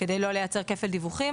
כדי לא לייצר כפל דיווחים.